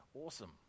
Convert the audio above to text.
Awesome